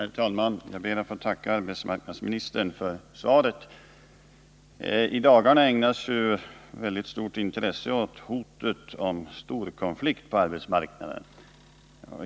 Herr talman! Jag ber att få tacka arbetsmarknadsministern för svaret. I dagarna ägnas ju ett väldigt intresse åt hotet om en storkonflikt på arbetsmarknaden.